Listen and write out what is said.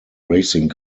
racing